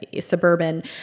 suburban